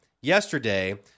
yesterday